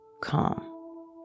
calm